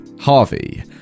harvey